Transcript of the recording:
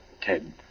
ted